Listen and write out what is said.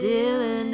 Dylan